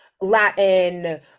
Latin